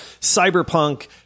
Cyberpunk